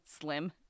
slim